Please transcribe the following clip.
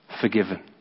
Forgiven